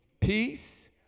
peace